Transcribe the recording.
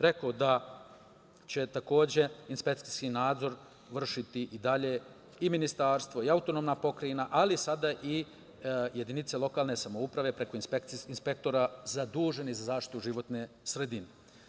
Rekoh da će takođe inspekcijski nadzor vršiti i dalje i ministarstvo i autonomna pokrajina, ali sada i jedinice lokalne samouprave preko inspektora zaduženih za zaštitu životne sredine.